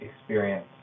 experience